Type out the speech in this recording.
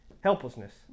helplessness